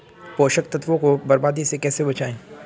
पोषक तत्वों को बर्बादी से कैसे बचाएं?